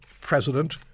president